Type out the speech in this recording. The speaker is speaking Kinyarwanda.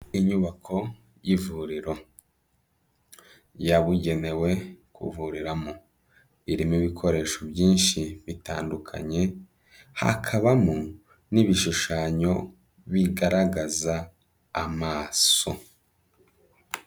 Inyubako y'ivuriro, yabugenewe kuvuriramo, irimo ibikoresho byinshi bitandukanye, hakabamo n'ibishushanyo bigaragaza amaso.